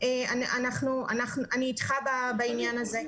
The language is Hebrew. אני אתך בעניין הזה.